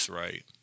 right